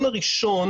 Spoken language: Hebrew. המובן הראשון